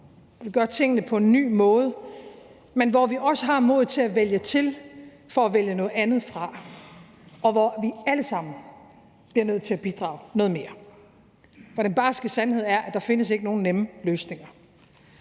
Vi gør tingene på en ny måde, men vi har også modet til at vælge til for at vælge noget andet fra, og vi bliver alle sammen nødt til at bidrage noget mere. For den barske sandhed er, at der ikke findes nogen nemme løsninger.